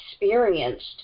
experienced